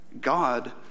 God